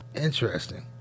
interesting